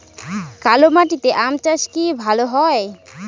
কালো মাটিতে আম চাষ কি ভালো হয়?